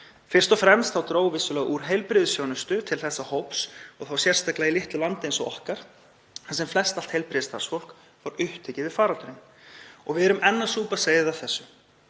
Fyrst og fremst dró vissulega úr heilbrigðisþjónustu til þessa hóps og þá sérstaklega í litlu landi eins og okkar þar sem flest allt heilbrigðisstarfsfólk var upptekið við faraldurinn. Við erum enn að súpa seyðið af þessu.